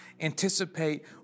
anticipate